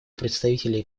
представителей